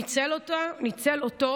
ניצל אותו,